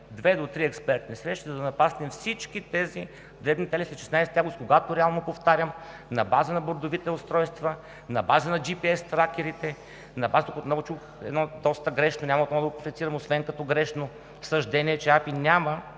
две до три експертни срещи, за да напаснем всички тези дребни детайли след 16 август, когато реално, повтарям, на база на бордовите устройства, на база на GPS тракерите, на база – тук отново чух едно доста грешно, няма как да го квалифицирам освен като грешно съждение, че АПИ няма